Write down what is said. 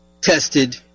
tested